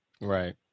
Right